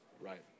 Right